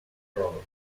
roll